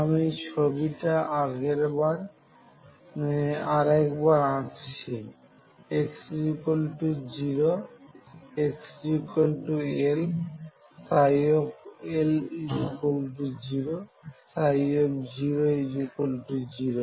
আমি ছবিটা আরেকবার অঁাখছি x0 xL L0 00